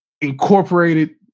Incorporated